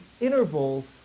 intervals